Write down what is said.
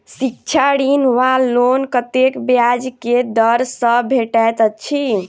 शिक्षा ऋण वा लोन कतेक ब्याज केँ दर सँ भेटैत अछि?